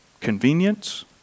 convenience